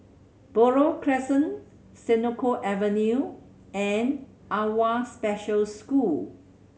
Buroh Crescent Senoko Avenue and AWWA Special School